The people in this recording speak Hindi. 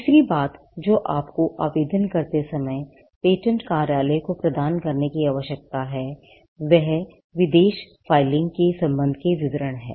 तीसरी बात जो आपको आवेदन करते समय पेटेंट कार्यालय को प्रदान करने की आवश्यकता हैवह विदेश फाइलिंग के संबंध में विवरण है